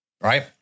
right